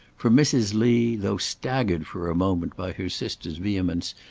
for mrs. lee, though staggered for a moment by her sister's vehemence,